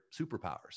superpowers